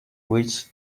which